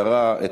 אותה אישה יקרה,